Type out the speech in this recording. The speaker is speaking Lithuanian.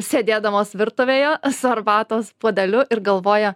sėdėdamos virtuvėje su arbatos puodeliu ir galvoja